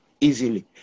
easily